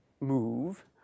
move